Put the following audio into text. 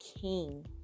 king